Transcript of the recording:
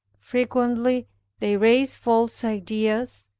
frequently they raise false ideas,